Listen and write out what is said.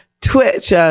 Twitch